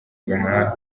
ghana